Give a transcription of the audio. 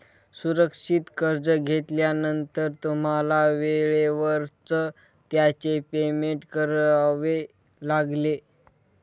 सुरक्षित कर्ज घेतल्यानंतर तुम्हाला वेळेवरच त्याचे पेमेंट करावे लागेल